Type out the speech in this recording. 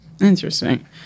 Interesting